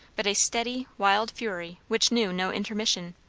but a steady wild fury which knew no intermission.